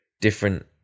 different